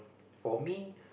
for me